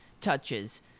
touches